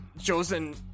chosen